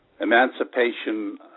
emancipation